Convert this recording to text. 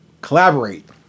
collaborate